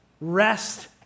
Rest